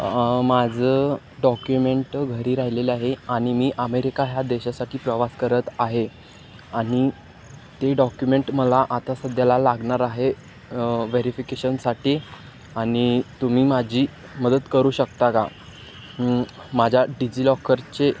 माझं डॉक्युमेंट घरी राहिलेलं आहे आणि मी अमेरिका ह्या देशासाठी प्रवास करत आहे आणि ते डॉक्युमेंट मला आता सध्याला लागणार आहे व्हेरिफिकेशनसाठी आणि तुम्ही माझी मदत करू शकता का माझ्या डिजिलॉकरचे